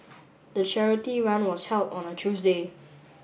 the charity run was held on a Tuesday